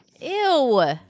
ew